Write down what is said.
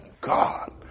God